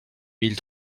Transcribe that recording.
mille